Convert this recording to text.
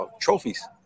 trophies